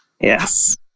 Yes